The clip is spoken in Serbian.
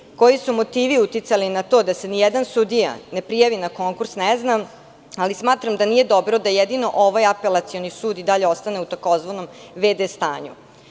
Ne znam koji su motivi uticali na to da se nijedan sudija ne prijavi na konkurs, ali smatram da nije dobro da jedino ovaj apelacioni sud i dalje ostane u takozvanom „vd stanju“